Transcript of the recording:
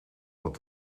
dat